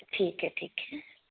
ਠੀਕ ਹੈ ਠੀਕ ਹੈ